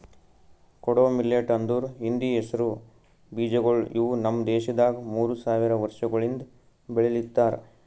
ಕೊಡೋ ಮಿಲ್ಲೆಟ್ ಅಂದುರ್ ಹಿಂದಿ ಹೆಸರು ಬೀಜಗೊಳ್ ಇವು ನಮ್ ದೇಶದಾಗ್ ಮೂರು ಸಾವಿರ ವರ್ಷಗೊಳಿಂದ್ ಬೆಳಿಲಿತ್ತಾರ್